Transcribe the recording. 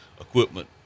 equipment